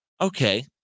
okay